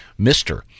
Mr